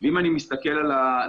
אם אני מסתכל על הנתונים,